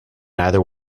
neither